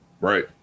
Right